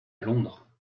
londres